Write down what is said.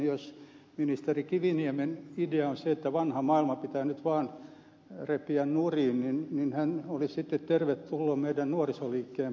jos ministeri kiviniemen idea on se että vanha maailma pitää nyt vaan repiä nurin niin hän olisi sitten tervetullut meidän nuorisoliikkeen pariin